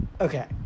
Okay